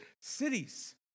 cities